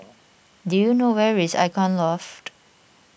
do you know where is Icon Loft